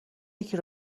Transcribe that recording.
یکی